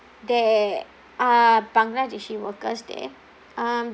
there are bangladeshi workers there um